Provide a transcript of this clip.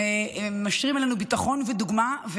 הם משרים עלינו ביטחון ודוגמה,